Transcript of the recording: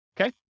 okay